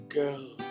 girl